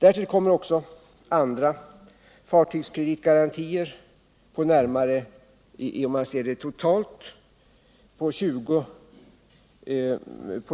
Därtill kommer andra fartygskreditgarantier på totalt närmare